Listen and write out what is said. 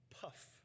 puff